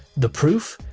the proof?